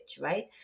right